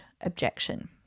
objection